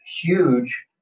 huge